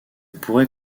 pourrait